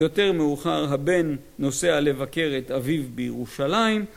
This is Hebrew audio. יותר מאוחר הבן נוסע לבקר את אביו בירושלים